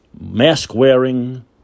mask-wearing